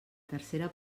tercera